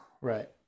right